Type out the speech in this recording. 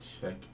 check